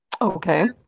okay